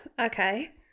Okay